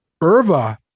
Irva